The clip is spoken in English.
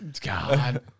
God